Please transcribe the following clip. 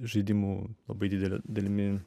žaidimu labai didele dalimi